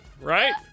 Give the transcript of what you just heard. Right